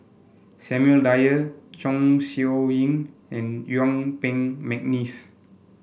Samuel Dyer Chong Siew Ying and Yuen Peng McNeice